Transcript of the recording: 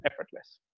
effortless